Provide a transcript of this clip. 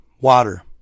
water